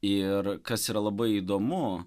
ir kas yra labai įdomu